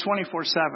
24-7